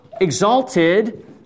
exalted